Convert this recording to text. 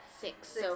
Six